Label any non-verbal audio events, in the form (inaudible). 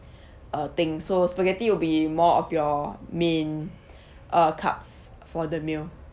(breath) uh thing so spaghetti will be more of your main (breath) uh carbs for the meal